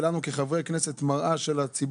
לנו כחברי כנסת זה חשוב הפניות שמגיעות מהציבור